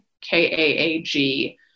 K-A-A-G